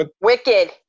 Wicked